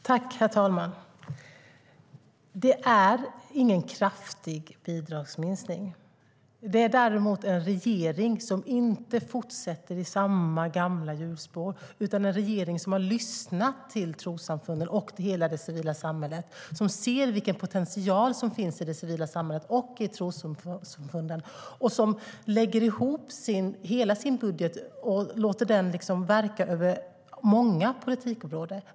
Herr talman! Det är ingen kraftig bidragsminskning. Däremot är det en regering som inte fortsätter i samma gamla hjulspår. Det är en regering som har lyssnat till trossamfunden och hela det civila samhället, som ser vilken potential det finns i det civila samhället och i trossamfunden och som lägger ihop hela sin budget och låter den verka över många politikområden.